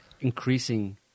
increasing